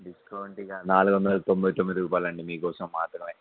discount ఇంక నాలుగొందల తొంభై తొమ్మిది రూపాయలండి మీ కోసం మాత్రమే